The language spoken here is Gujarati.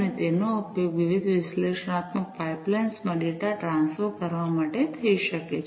અને તેનો ઉપયોગ વિવિધ વિશ્લેષણાત્મક પાઇપલાઇન્સ માં ડેટા ટ્રાન્સફર કરવા માટે થઈ શકે છે